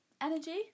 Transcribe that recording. energy